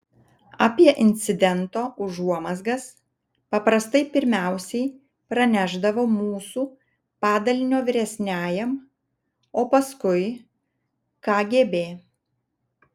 apie incidento užuomazgas paprastai pirmiausiai pranešdavo mūsų padalinio vyresniajam o paskui kgb